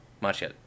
Marshall